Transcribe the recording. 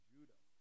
Judah